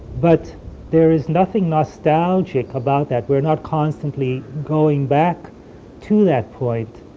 but there is nothing nostalgic about that. we're not constantly going back to that point.